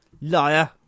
Liar